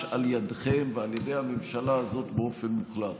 על ידכם ועל ידי הממשלה הזאת באופן מוחלט.